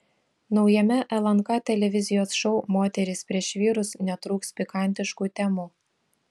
naujame lnk televizijos šou moterys prieš vyrus netrūks pikantiškų temų